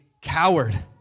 coward